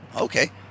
okay